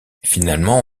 finalement